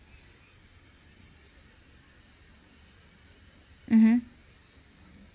mmhmm